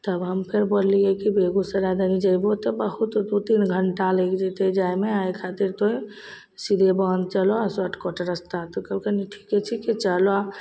तब हम फेर बोललिए कि बेगूसरायमे दनी जएबहो तऽ बहुत दुइ तीन घण्टा लागि जेतै जाइमे एहि खातिर तोँ सिलेवान चलऽ शार्टकट रस्ता तऽ कहलकै नहि ठीके छै कि चलऽ